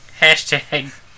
Hashtag